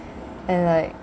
and like